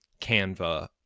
canva